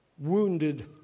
Wounded